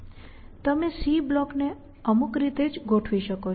તમે C block ને અમુક રીતે જ ગોઠવી શકો છો